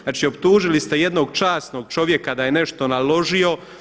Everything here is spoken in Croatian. Znači optužili ste jednog časnog čovjeka da je nešto naložio.